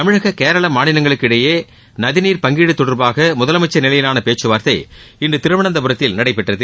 தமிழக கேரளா மாநிலங்களுக்கு இடையே நதிநீர் பங்கீடு தொடர்பாக முதலமைச்சர் நிலையிலான பேச்சுவார்த்தை இன்று திருவனந்தபுரத்தில் நடைபெற்றது